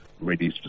ready